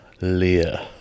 Leah